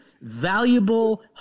valuable